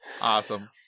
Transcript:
Awesome